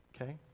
Okay